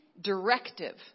directive